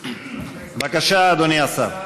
בבקשה, אדוני השר.